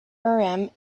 urim